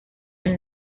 and